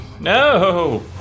No